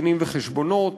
דינים-וחשבונות,